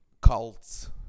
cults